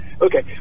Okay